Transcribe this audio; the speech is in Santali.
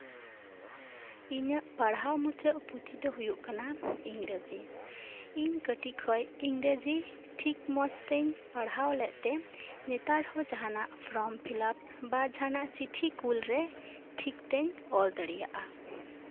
ᱤᱧᱟᱹᱜ ᱯᱟᱲᱦᱟᱣ ᱢᱩᱪᱟᱹᱫ ᱯᱩᱛᱷᱤ ᱫᱚ ᱦᱩᱭᱩᱜ ᱠᱟᱱᱟ ᱤᱝᱨᱮᱡᱤ ᱤᱧ ᱠᱟᱹᱴᱤᱪ ᱠᱷᱚᱱ ᱤᱝᱨᱮᱡᱤ ᱴᱷᱤᱠ ᱢᱚᱡ ᱛᱮ ᱯᱟᱲᱦᱟᱣ ᱞᱮᱫ ᱛᱮ ᱱᱮᱛᱟᱨ ᱦᱚᱸ ᱡᱟᱦᱟᱱᱟᱜ ᱯᱷᱚᱨᱚᱢ ᱯᱷᱤᱞᱟᱯ ᱵᱟ ᱡᱟᱸᱦᱟᱱᱟᱜ ᱪᱤᱴᱷᱤ ᱠᱩᱞ ᱨᱮ ᱴᱷᱤᱠ ᱛᱤᱧ ᱚᱞ ᱫᱟᱲᱮᱭᱟᱜᱼᱟ